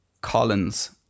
Collins